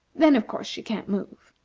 then, of course, she can't move.